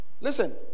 Listen